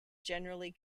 generally